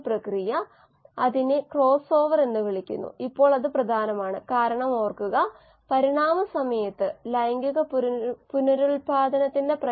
പൊതുവേ ഒരു മാധ്യമം നമ്മൾ നേരത്തെ മാധ്യമങ്ങളെക്കുറിച്ച് സംസാരിച്ചിരുന്നു അതാണ് സങ്കീർണ്ണമായ പദാർത്ഥം കോശങ്ങൾ വളരുന്ന പദാർത്ഥം